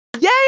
Yay